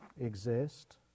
exist